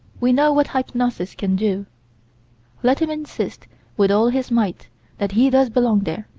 we know what hypnosis can do let him insist with all his might that he does belong there,